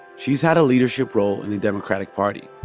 she's had a leadership role in the democratic party.